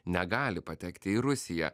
negali patekti į rusiją